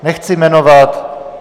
Nechci jmenovat.